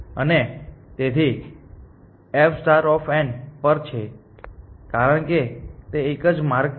અને તેથી fપર કારણ કે તે એક જ માર્ગ છે